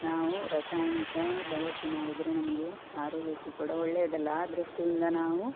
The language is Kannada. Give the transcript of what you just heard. ನಾವು ರಾಸಾಯನಿಕ ಬಳಸಿ ಮಾಡಿದರೆ ನಮಗೆ ಆರೋಗ್ಯಕ್ಕೆ ಕೂಡ ಒಳ್ಳೆಯದಲ್ಲ ಆ ದೃಷ್ಟಿಯಿಂದ ನಾವು